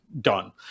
done